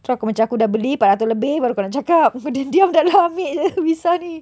terus aku macam aku dah beli empat ratus lebih baru kau nak cakap kau diam-diam dah lah ambil jer visa ni